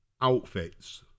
outfits